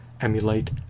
emulate